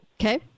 Okay